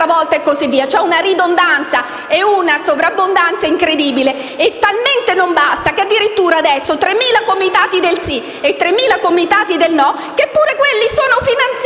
C'è una ridondanza, una sovrabbondanza incredibile, e non basta. Addirittura adesso 3.000 comitati del sì e 3.000 comitati del no sono finanziati.